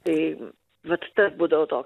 tai vat tas būdavo to